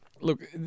Look